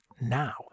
now